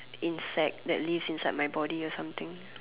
insect that lives inside my body or something